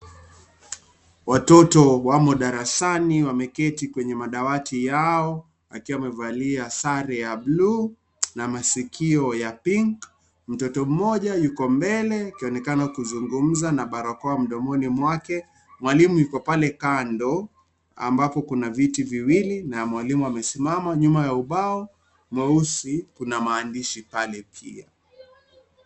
Watoto wamo darasani wameketi kwenye madawati yao wakiwa wamevalia sare ya bluu na masikio ya pink . Mtoto mmoja yuko mbele akionekana kuzungumza na barakoa mdomoni mwake. Mwalimu yuko pale kando ambapo kuna viti viwili na mwalimu amesimama nyuma ya ubao mweusi, kuna maandishi pale pia.